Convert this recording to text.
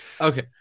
Okay